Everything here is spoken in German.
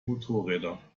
motorräder